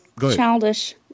childish